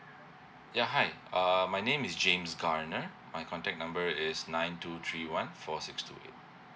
ya hi err my name is james garner my contact number is nine two three one four six two eight